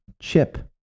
chip